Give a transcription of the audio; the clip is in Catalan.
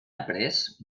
après